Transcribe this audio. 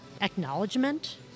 acknowledgement